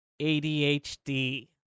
ADHD